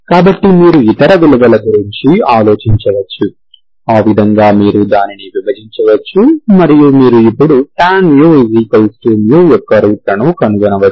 కాబట్టి మీరు ఇతర విలువల గురించి ఆలోచించవచ్చు ఆ విధంగా మీరు దానిని విభజించవచ్చు మరియు మీరు ఇప్పుడు tan μμ యొక్క రూట్ లను కనుగొనవచ్చు